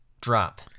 drop